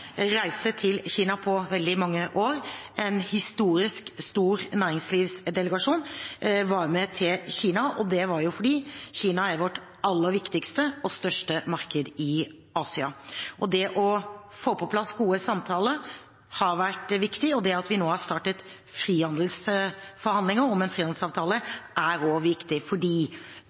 reise til Kina på veldig mange år. En historisk stor næringslivsdelegasjon var med til Kina, og det var fordi Kina er vårt aller viktigste og største marked i Asia. Det å få på plass gode samtaler har vært viktig, og det at vi nå har startet forhandlinger om en frihandelsavtale, er også viktig fordi